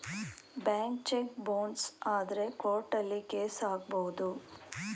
bank cheque bounce ಆದ್ರೆ ಕೋರ್ಟಲ್ಲಿ case ಹಾಕಬಹುದು